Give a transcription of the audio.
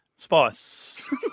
Spice